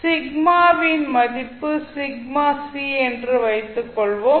சிக்மாவின் மதிப்பு sigma c என்று வைத்துக் கொள்வோம்